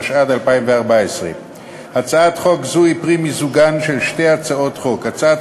התשע"ד 2014. הצעת חוק זו היא פרי מיזוגן של שתי הצעות חוק: הצעת